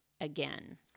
again